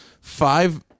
five